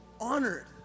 honored